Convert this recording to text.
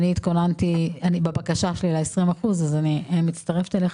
אני מצטרפת אליך